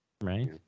Right